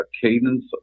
cadence